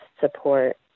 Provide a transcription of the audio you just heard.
support